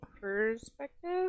perspective